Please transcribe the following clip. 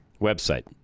website